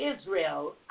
Israel